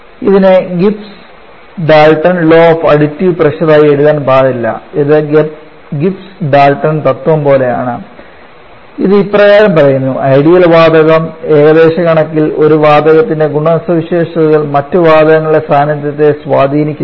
ഇതിനെ Gibbs Dalton law of additive pressure ആയി എഴുതാൻ പാടില്ല ഇത് ഗിബ്സ് ഡാൽട്ടൺ തത്ത്വം പോലെയാണ് ഇത് ഇപ്രകാരം പറയുന്നു ഐഡിയൽ വാതക ഏകദേശ കണക്കിൽ ഒരു വാതകത്തിന്റെ ഗുണവിശേഷതകൾ മറ്റ് വാതകങ്ങളുടെ സാന്നിധ്യത്തെ സ്വാധീനിക്കുന്നില്ല